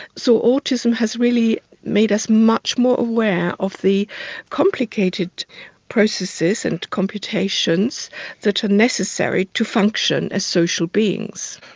so autism has really made us much more aware of the complicated processes and computations that are necessary to function as social beings.